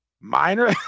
Minor